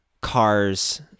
cars